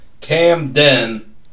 Camden